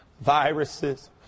viruses